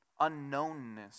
unknownness